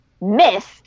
missed